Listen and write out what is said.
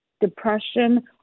depression